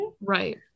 Right